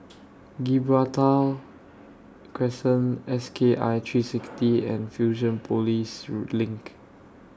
Gibraltar Crescent S K I three sixty and Fusionopolis LINK